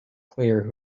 clear